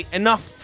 enough